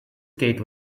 gate